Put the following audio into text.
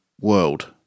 world